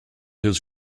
his